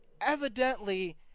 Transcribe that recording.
Evidently